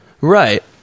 Right